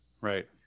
right